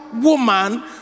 woman